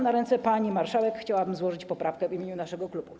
Na ręce pani marszałek chciałabym złożyć poprawkę w imieniu naszego klubu.